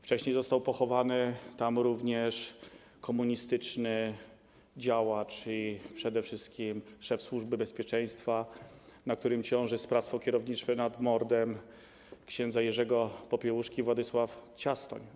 Wcześniej został pochowany tam również komunistyczny działacz, a przede wszystkim szef służby bezpieczeństwa, na którym ciąży sprawstwo kierownicze mordu ks. Jerzego Popiełuszki - Władysław Ciastoń.